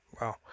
Wow